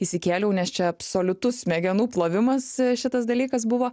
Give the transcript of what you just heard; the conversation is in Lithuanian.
įsikėliau nes čia absoliutus smegenų plovimas šitas dalykas buvo